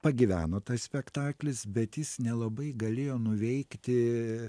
pagyveno tas spektaklis bet jis nelabai galėjo nuveikti